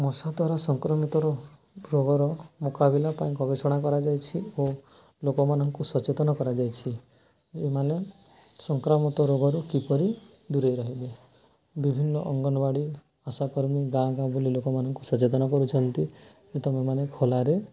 ମଶା ଦ୍ୱାରା ସଂକ୍ରାମିତର ରୋଗର ମୁକାବିଲା ପାଇଁ ଗବେଷଣା କରାଯାଇଛି ଓ ଲୋକମାନଙ୍କୁ ସଚେତନ କରାଯାଇଛି ଏମାନେ ସଂକ୍ରମିତ ରୋଗରୁ କିପରି ଦୂରେଇ ରହିବେ ବିଭିନ୍ନ ଅଙ୍ଗନବାଡ଼ି ଆଶାକର୍ମୀ ଗାଁ ଗାଁ ବୁଲି ଲୋକମାନଙ୍କୁ ସଚେତନ କରୁଛନ୍ତି ଏବଂ ତୁମେମାନେ ଖୋଲାରେ